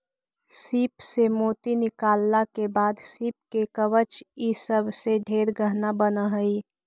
सीप से मोती निकालला के बाद सीप के कवच ई सब से ढेर गहना बन हई